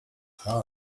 heart